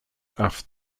after